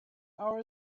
our